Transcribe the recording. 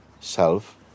self